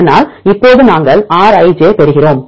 அதனால் இப்போதுநாங்கள் Rij பெறுகிறோம்